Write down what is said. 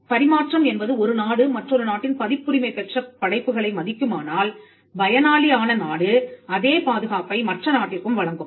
பரிமாற்றம் என்பது ஒரு நாடு மற்றொரு நாட்டின் பதிப்புரிமை பெற்ற படைப்புகளை மதிக்குமானால் பயனாளி ஆன நாடு அதே பாதுகாப்பை மற்ற நாட்டிற்கும் வழங்கும்